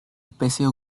especies